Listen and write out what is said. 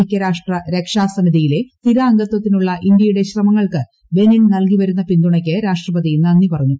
ഐക്യരാഷ്ട്ര രക്ഷാസമിതിയിലെ സ്ഥിരാംഗത്വത്തിനുള്ള ഇന്ത്യയുടെ ശ്രമങ്ങൾക്ക് ബെനിൻ നൽകിവരുന്ന പിന്തുണയ്ക്ക് രാഷ്ട്രപതി നന്ദി പറഞ്ഞു